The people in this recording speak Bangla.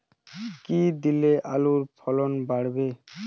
কী দিলে আলুর ফলন বাড়বে?